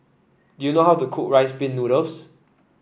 do you know how to cook Rice Pin Noodles